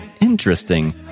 Interesting